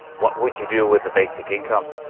what would you do with a basic income?